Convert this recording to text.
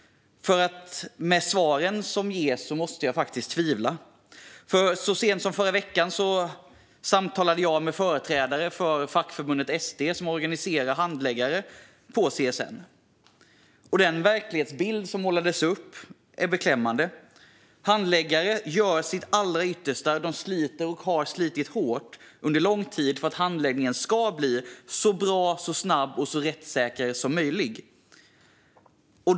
Med tanke på svaren som ges måste jag tvivla, för så sent som förra veckan samtalade jag med företrädare för fackförbundet ST som organiserar handläggare på CSN. Den verklighetsbild som målades upp är beklämmande. Handläggare gör sitt allra yttersta, sliter och har slitit hårt under lång tid för att handläggningen ska bli så bra, snabb och rättssäker som möjligt.